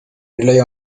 rely